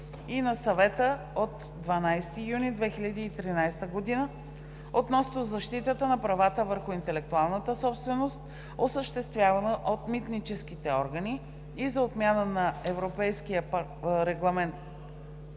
и на Съвета от 12 юни 2013 г. относно защитата на правата върху интелектуалната собственост, осъществявана от митническите органи, и за отмяна на Регламент